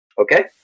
okay